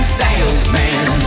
salesman